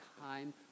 time